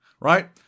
right